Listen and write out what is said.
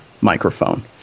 microphone